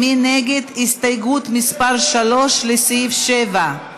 מי נגד הסתייגות מס' 3, לסעיף 7?